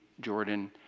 Jordan